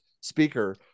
speaker